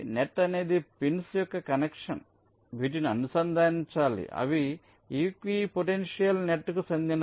net అనేది pins యొక్క connection వీటిని అనుసంధానించాలి అవి ఈక్వి పొటెన్షియల్ నెట్కు చెందినవి